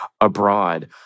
abroad